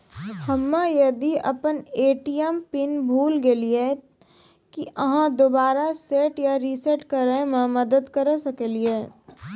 हम्मे यदि अपन ए.टी.एम पिन भूल गलियै, की आहाँ दोबारा सेट या रिसेट करैमे मदद करऽ सकलियै?